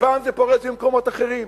ופעם זה פורץ במקומות אחרים.